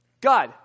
God